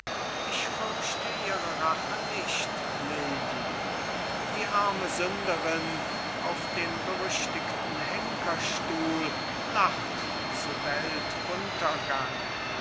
ich fürchte ihre rache nicht lady die arme sünderin auf dem berüchtigten henkerstuhl lacht zum